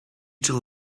too